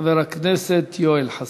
חבר הכנסת יואל חסון.